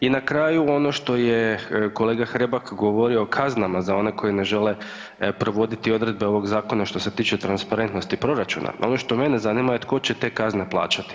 I na kraju ono što je kolega Hrebak govorio o kaznama za one koji ne žele provoditi odredbe ovog zakona što se tiče transparentnosti proračun, ono što mene zanima je tko će te kazne plaćati?